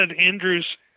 Andrews